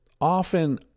often